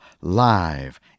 live